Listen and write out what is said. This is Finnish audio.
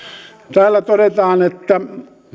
täällä todetaan että